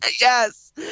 Yes